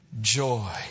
joy